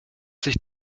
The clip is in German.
sich